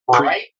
right